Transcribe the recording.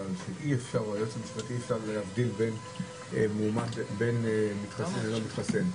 שאי אפשר להבדיל בין מתחסן ללא מתחסן.